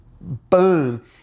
boom